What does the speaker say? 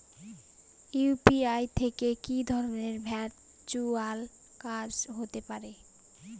UPI থেকে কি ধরণের ভার্চুয়াল কাজ হতে পারে?